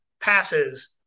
passes